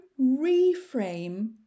reframe